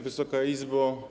Wysoka Izbo!